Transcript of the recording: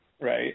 Right